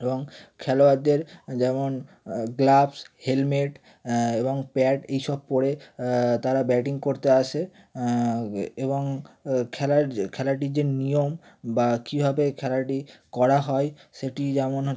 এবং খেলোয়ারদের যেমন গ্লাভস হেলমেট এবং প্যাড এই সব পরে তারা ব্যাটিং করতে আসে এবং খেলার খেলাটির যে নিয়ম বা কীভাবে খেলাটি করা হয় সেটি যেমন হচ্ছে